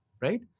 right